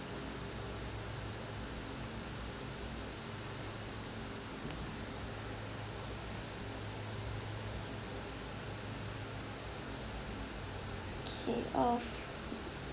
okay uh